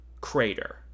crater